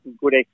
Good